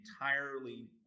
entirely